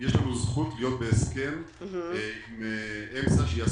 יש לנו זכות להיות בהסכם עם אמס"א.